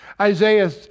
Isaiah